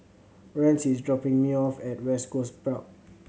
Rance is dropping me off at West Coast